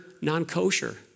non-kosher